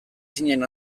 zinen